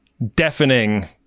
Deafening